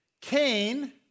Cain